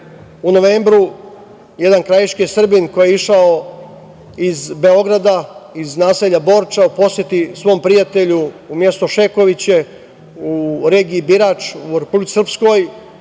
u novembru jedan krajiški Srbin koji je išao iz Beograd, iz naselja Borča, u posetu svom prijatelju u mesto Šekoviće u regiji Birač u Republici Srpskoj